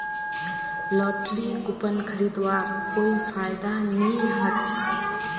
lottery coupon खरीदवार कोई फायदा नी ह छ